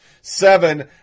Seven